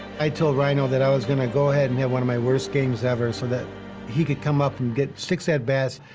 i told ryno that i was going to go ahead and have one of my worst games ever so that he could come up and get six at-bats,